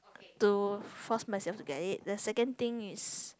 to force myself to get it the second thing is